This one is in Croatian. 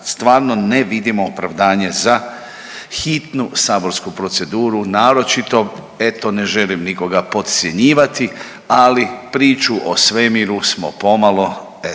stvarno ne vidimo opravdanje za hitnu saborsku proceduru. Naročito eto ne želim nikoga podcjenjivati, ali priču o Svemiru smo pomalo eto